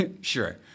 Sure